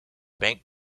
bank